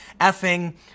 effing